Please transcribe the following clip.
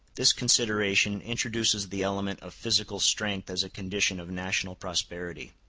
this consideration introduces the element of physical strength as a condition of national prosperity.